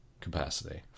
capacity